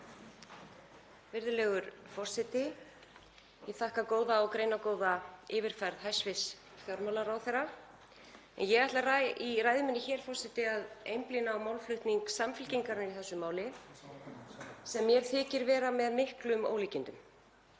Virðulegur forseti. Ég þakka góða og greinargóða yfirferð hæstv. fjármálaráðherra. Ég ætla í ræðu minni hér, forseti, að einblína á málflutning Samfylkingarinnar í þessu máli sem mér þykir vera með miklum ólíkindum.